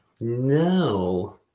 No